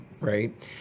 right